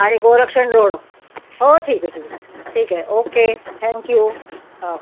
आणि गोरक्षण रोडं हो ठीक आहे ठीक आहे ठीक आहे ओके थॅंक्यू हो